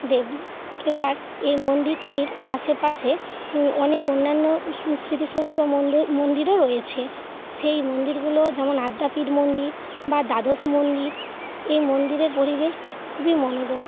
দেব এবার এই মন্দিরটির আশেপাশে অনেক অন্যান্য স্মৃতিসৌধ বা মন্দিরও রয়েছে সেই মন্দিরগুলো যেমন আদ্যাপীঠ মন্দির বা দ্বাদশ মন্দির এ মন্দিরের পরিবেশ খুবই মনোরম